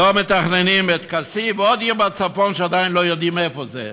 לו מתכננים את כסיף ועוד עיר בצפון שעדיין לא יודעים איפה היא.